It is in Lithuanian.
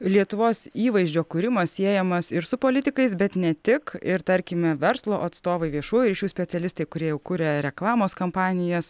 lietuvos įvaizdžio kūrimas siejamas ir su politikais bet ne tik ir tarkime verslo atstovai viešųjų ryšių specialistai kurie jau kuria reklamos kampanijas